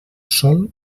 sol